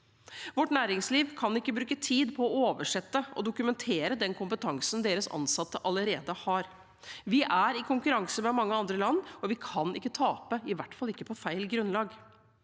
Vårt næringsliv kan ikke bruke tid på å oversette og dokumentere den kompetansen deres ansatte allerede har. Vi er i konkurranse med mange andre land, og vi kan ikke tape – i hvert fall ikke på feil grunnlag.